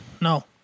no